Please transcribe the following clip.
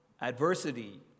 adversity